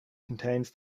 contains